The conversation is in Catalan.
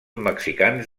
mexicans